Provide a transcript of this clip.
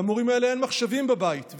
למורים אלו אין מחשבים בבית,